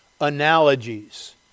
analogies